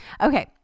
Okay